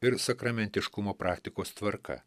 ir sakramentiškumo praktikos tvarka